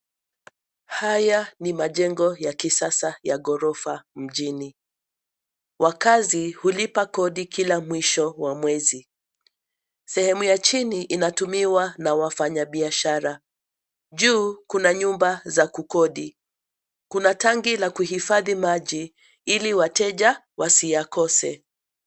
Haya ni majengo ya kisasa ya ghorofa mjini. Wakaazi hulipa kodi kila mwisho wa mwezi. Sehemu ya chini inatumiwa na wafanyabiashara, juu kuna nyumba za kukodi. Kuna tanki la kuhifadhi maji ili wateja wasiyakose.